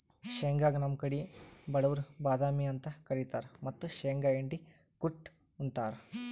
ಶೇಂಗಾಗ್ ನಮ್ ಕಡಿ ಬಡವ್ರ್ ಬಾದಾಮಿ ಅಂತ್ ಕರಿತಾರ್ ಮತ್ತ್ ಶೇಂಗಾ ಹಿಂಡಿ ಕುಟ್ಟ್ ಉಂತಾರ್